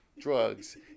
drugs